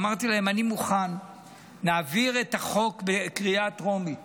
אמרתי להם: אני מוכן שנעביר את החוק בקריאה הטרומית